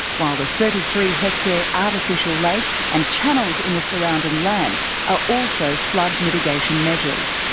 while the thirty three hectare artificial lake and channels in the surrounding land are also flood mitigation measures.